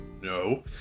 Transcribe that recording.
No